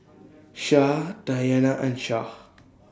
Syah Dayana and Shah